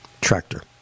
tractor